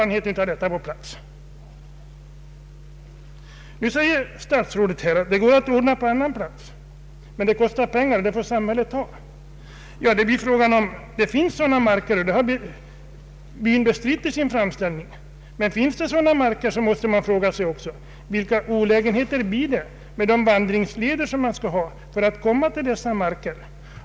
Nu anför statsrådet att detta kan ordnas på annan plats, men att det kostar pengar och att samhället får bära det. Frågan är dock om det finns några marker. Byn har bestritt det i sin framställning. Men även om sådana marker finns måste man fråga sig vilka olägenheter som kommer att uppstå när det gäller de vandringsleder man måste ha för att komma till dessa marker.